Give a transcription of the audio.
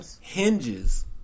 hinges